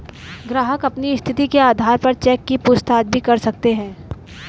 ग्राहक अपनी स्थिति के आधार पर चेक की पूछताछ भी कर सकते हैं